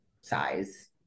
size